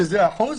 שזה אחוז,